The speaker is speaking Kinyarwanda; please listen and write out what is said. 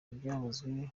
ibyavuzwe